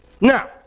Now